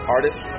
Artist